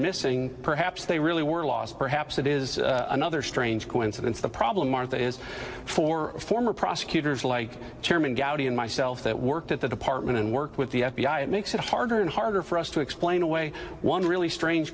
missing perhaps they really were lost perhaps it is another strange coincidence the problem are that is for former prosecutors like chairman gowdy and myself that worked at the department and worked with the f b i it makes it harder and harder for us to explain away one really strange